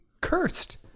cursed